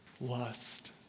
Lust